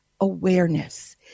awareness